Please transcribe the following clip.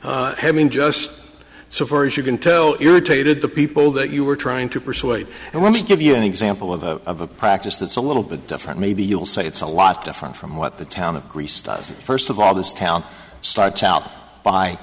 having just so far as you can tell irritated the people that you were trying to persuade and let me give you an example of a practice that's a little bit different maybe you'll say it's a lot different from what the town of greece does first of all this town starts out by